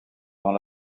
dans